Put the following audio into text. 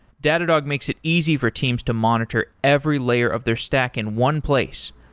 datadog makes it easy for teams to monitor every layer of their stack in one place.